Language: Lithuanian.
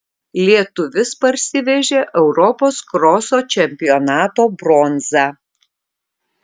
lietuvis parsivežė europos kroso čempionato bronzą